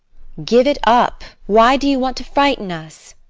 give it up! why do you want to frighten us?